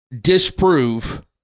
disprove